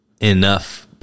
enough